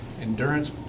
endurance